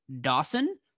Dawson